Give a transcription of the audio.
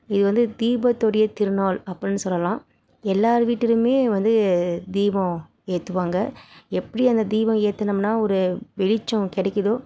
இது வந்து தீபத்துனுடைய திருநாள் அப்பிடின்னு சொல்லலாம் எல்லார் வீட்டிலுமே வந்து தீபம் ஏற்றுவாங்க எப்படி அந்த தீபம் ஏத்துனோம்னா ஒரு வெளிச்சம் கிடைக்குதோ